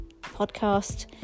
podcast